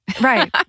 Right